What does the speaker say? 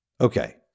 Okay